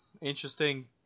Interesting